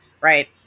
right